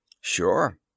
Sure